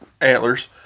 antlers